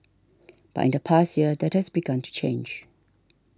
but in the past year that has begun to change